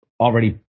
already